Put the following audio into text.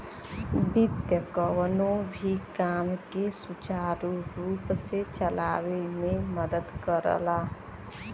वित्त कउनो भी काम के सुचारू रूप से चलावे में मदद करला